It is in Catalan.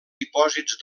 dipòsits